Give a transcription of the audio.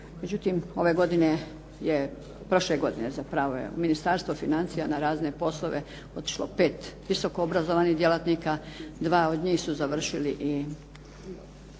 Međutim, ove godine je, prošle godine zapravo je Ministarstvo financija na razne poslove otišlo 5 visoko obrazovanih djelatnika, dva od njih su završili i